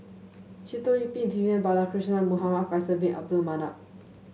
Sitoh Yih Pin Vivian Balakrishnan Muhamad Faisal Bin Abdul Manap